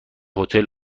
هتل